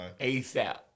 ASAP